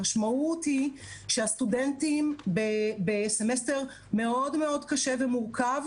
המשמעות היא שהסטודנטים נמצאים בסמסטר קשה מאוד ומורכב מאוד.